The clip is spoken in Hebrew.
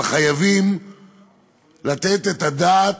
אבל חייבים לתת את הדעת,